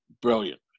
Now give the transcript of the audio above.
Brilliant